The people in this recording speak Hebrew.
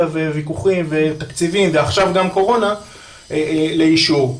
וויכוחים ותקציבים ועכשיו גם קורונה לאישור,